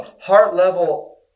heart-level